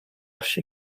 she